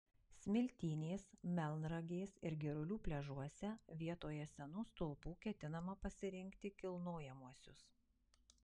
smiltynės melnragės ir girulių pliažuose vietoje senų stulpų ketinama pasirinkti kilnojamuosius